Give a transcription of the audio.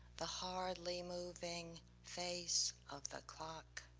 the hardly moving face of the clock,